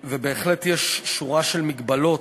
בגיל 16-15. ובהחלט, יש שורה של הגבלות